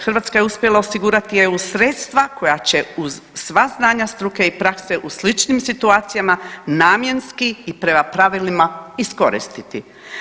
Hrvatska je uspjela osigurati eu sredstva koja će uz sva znanja struke i prakse u sličnim situacijama namjenski i prema pravilima iskoristiti.